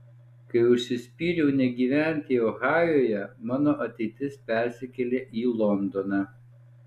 kai užsispyriau negyventi ohajuje mano ateitis persikėlė į londoną